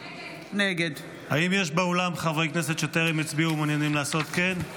נגד האם יש באולם חברי כנסת שטרם הצביעו ומעוניינים לעשות כן?